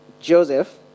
Joseph